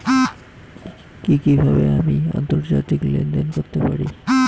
কি কিভাবে আমি আন্তর্জাতিক লেনদেন করতে পারি?